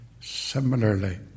similarly